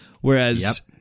Whereas